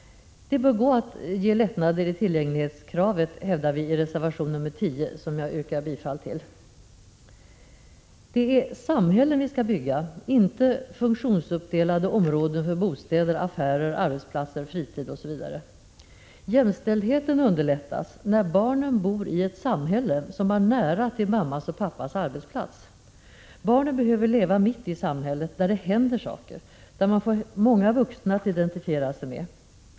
Det bör gå att ge lättnader i tillgänglighetskravet, hävdar vi i reservation 10, som jag yrkar bifall till. Fru talman! Det är samhällen vi skall bygga, inte funktionsuppdelade områden för bostäder, affärer, arbetsplatser, fritid osv. Jämställdheten underlättas, när barnen bor i ett samhälle som har nära till mammas och pappas arbetsplats. Barnen behöver leva mitt i samhället, där det händer saker och där de får många vuxna att identifiera sig med.